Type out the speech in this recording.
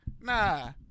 nah